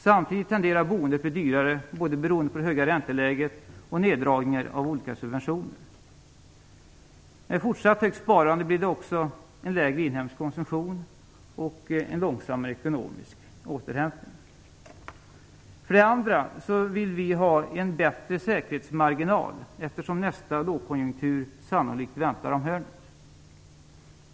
Samtidigt tenderar boendet att bli dyrare, beroende både på det höga ränteläget och på neddragningar av olika subventioner. Med fortsatt högt sparande blir det också en lägre inhemsk konsumtion och en långsammare ekonomisk återhämtning. För det andra vill vi ha en bättre säkerhetsmarginal, eftersom nästa lågkonjunktur sannolikt väntar om hörnet.